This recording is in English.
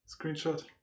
Screenshot